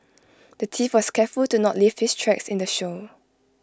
the thief was careful to not leave his tracks in the show